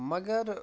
مگر